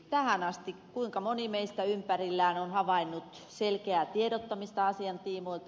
tähän asti kuinka moni meistä ympärillään on havainnut selkeää tiedottamista asian tiimoilta